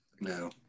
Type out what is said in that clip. No